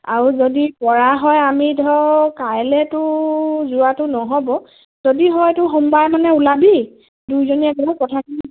আৰু যদি কৰা হয় আমি ধৰক কাইলেতো যোৱাটো নহ'ব যদি হয়তো সোমবাৰে মানে ওলাবি দুইজনীৱে কথাটো